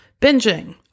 binging